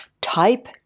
type